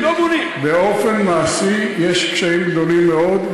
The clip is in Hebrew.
באופן מעשי יש קשיים גדולים מאוד,